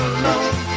alone